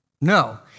No